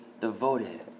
devoted